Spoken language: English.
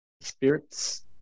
spirits